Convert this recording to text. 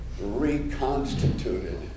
reconstituted